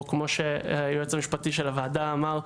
או כמו שהיועץ המשפטי של הוועדה אמר,